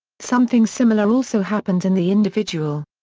something similar also happens in the individual.